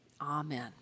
amen